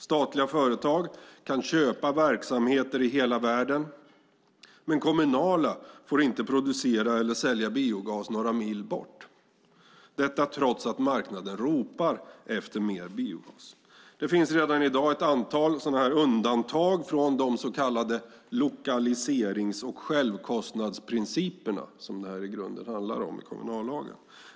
Statliga företag kan köpa verksamheter i hela världen, men kommunala får inte producera eller sälja biogas några mil bort - detta trots att marknaden ropar efter mer biogas. Det finns redan i dag ett antal undantag från de så kallade lokaliserings och självkostnadsprinciperna, som det i grunden handlar om i kommunallagen.